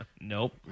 Nope